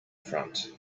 front